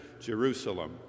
Jerusalem